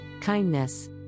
Kindness